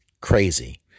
crazy